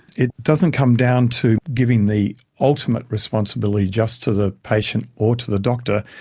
it doesn't come down to giving the ultimate responsibility just to the patient or to the doctor,